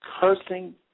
cursing